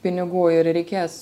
pinigų ir reikės